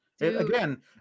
Again